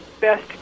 best